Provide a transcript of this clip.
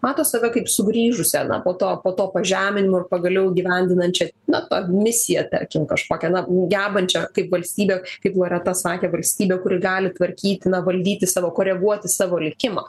mato save kaip sugrįžusią na po to po to pažeminimo ir pagaliau įgyvendinančią na tą misiją tarkim kažkokią na gebančią kaip valstybė kaip loreta sakė valstybė kuri gali tvarkytiną na valdyti savo koreguoti savo likimą